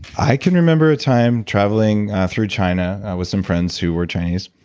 i can remember a time traveling through china with some friends who were chinese,